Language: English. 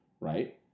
right